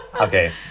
Okay